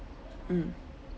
mm